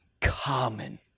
common